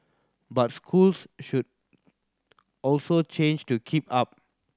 but schools should also change to keep up